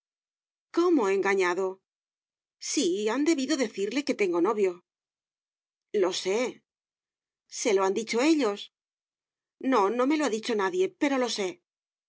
cómo engañado sí han debido decirle que tengo novio lo sé se lo han dicho ellos no no me lo ha dicho nadie pero lo sé